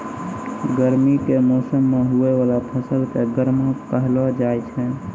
गर्मी के मौसम मे हुवै वाला फसल के गर्मा कहलौ जाय छै